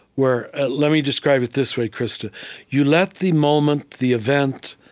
where ah let me describe it this way, krista you let the moment, the event,